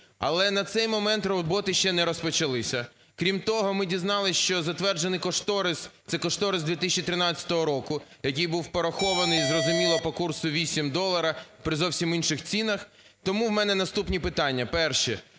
Але на цей момент роботи ще не розпочалися. Крім того, ми дізналися, що затверджений кошторис, це Кошторис 2013 року, який був порахований, зрозуміло, по курсу 8 долар, при зовсім інших цінах. Тому у мене наступні питання. Перше.